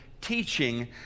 teaching